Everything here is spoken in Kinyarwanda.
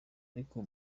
ariko